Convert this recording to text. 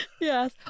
Yes